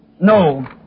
No